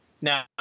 Now